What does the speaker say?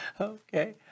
Okay